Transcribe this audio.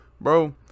bro